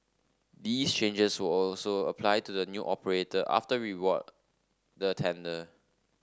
these changes will also apply to the new operator after we award the tender